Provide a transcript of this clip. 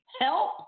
help